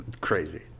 Crazy